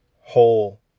whole